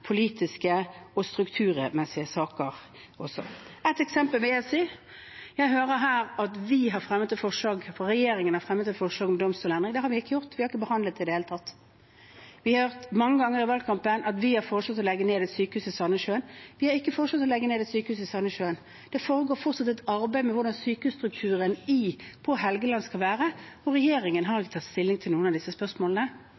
politiske og strukturmessige saker på. Jeg vil nevne to eksempler: Jeg hører her at regjeringen har fremmet et forslag om domstolsendring. Det har vi ikke gjort, vi har ikke behandlet det i det hele tatt. Vi har mange ganger i valgkampen hørt at vi har foreslått å legge ned et sykehus i Sandnessjøen. Vi har ikke foreslått å legge ned et sykehus i Sandnessjøen. Det foregår fortsatt et arbeid med hvordan sykehusstrukturen på Helgeland skal være, og regjeringen har